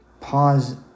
pause